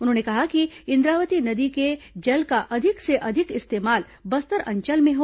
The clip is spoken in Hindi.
उन्होंने कहा कि इंद्रावती नदी के जल का अधिक से अधिक इस्तेमाल बस्तर अंचल में हो